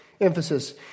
emphasis